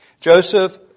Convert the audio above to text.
Joseph